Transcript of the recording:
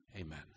Amen